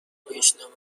نمایشنامه